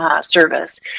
Service